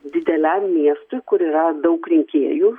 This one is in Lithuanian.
dideliam miestui kur yra daug rinkėjų